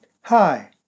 Hi